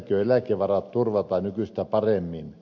pitäisikö eläkevarat turvata nykyistä paremmin